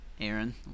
Aaron